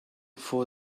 for